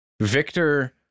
Victor